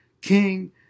King